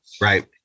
Right